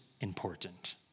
important